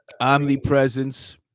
omnipresence